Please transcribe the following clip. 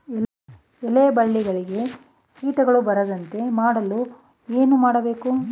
ಎಲೆ ಬಳ್ಳಿಗೆ ಕೀಟಗಳು ಬರದಂತೆ ಮಾಡಲು ಏನು ಮಾಡಬೇಕು?